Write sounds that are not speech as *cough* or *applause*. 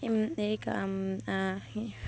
*unintelligible*